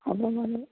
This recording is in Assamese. হ'ব বাৰু